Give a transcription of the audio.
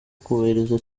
kubahiriza